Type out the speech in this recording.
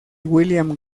william